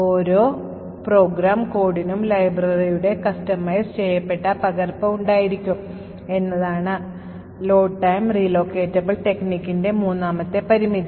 ഓരോ പ്രോഗ്രാം കോഡിനും ലൈബ്രറിയുടെ customize ചെയ്യപ്പെട്ട പകർപ്പ് ഉണ്ടായിരിക്കണം എന്നതാണ് Load Time relocatable techniqueൻറെ മൂന്നാമത്തെ പരിമിതി